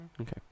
Okay